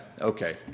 okay